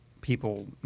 people